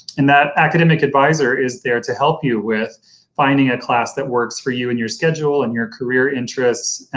and that academic advisor is there to help you with finding a class that works for you and your schedule and your career interests,